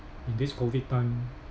in this COVID time